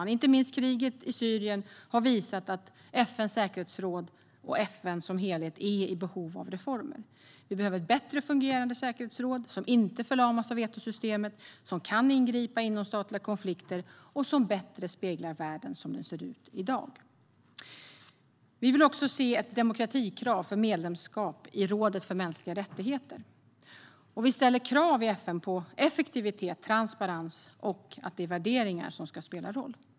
Men inte minst kriget i Syrien har visat att FN:s säkerhetsråd och FN som helhet är i behov av reformer. Det behövs ett bättre fungerande säkerhetsråd som inte förlamas av vetosystemet, som kan ingripa i inomstatliga konflikter och som bättre speglar världen som den ser ut i dag. Vi vill också se ett demokratikrav för medlemskap i rådet för mänskliga rättigheter. Vi ställer krav i FN på att effektivitet, transparens och värderingar ska spela roll.